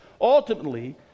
Ultimately